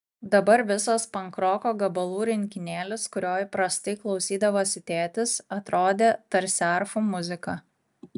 dabar visas pankroko gabalų rinkinėlis kurio įprastai klausydavosi tėtis atrodė tarsi arfų muzika